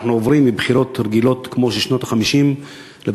שלפיה אנחנו עוברים מבחירות רגילות כמו בשנות ה-50 לבחירות